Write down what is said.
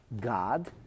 God